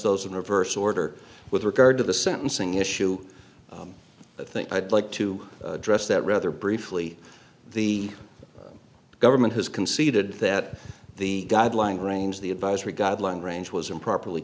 those in reverse order with regard to the sentencing issue i think i'd like to address that rather briefly the government has conceded that the guideline range the advisory guideline range was improperly